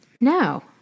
No